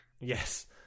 Yes